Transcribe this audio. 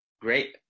Great